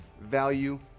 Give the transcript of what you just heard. value